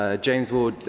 ah james ward,